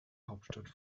hauptstadt